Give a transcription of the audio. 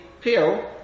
peel